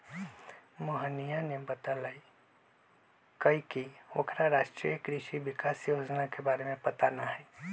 मोहिनीया ने बतल कई की ओकरा राष्ट्रीय कृषि विकास योजना के बारे में पता ना हई